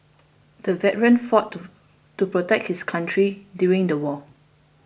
the veteran fought to to protect his country during the war